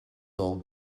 all